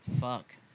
Fuck